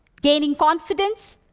gaining confidence,